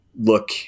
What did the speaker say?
look